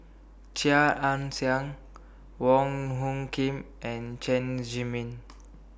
Chia Ann Siang Wong Hung Khim and Chen Zhiming